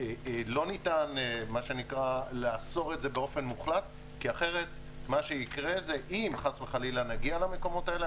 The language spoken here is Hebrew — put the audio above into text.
לא ניתן לאסור את זה באופן מוחלט כי אם נגיע למקומות האלה,